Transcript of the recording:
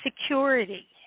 security